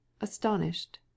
astonished